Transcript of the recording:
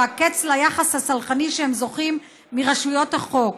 והקץ ליחס הסלחני שהם זוכים לו מרשויות החוק.